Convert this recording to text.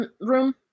room